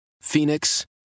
Phoenix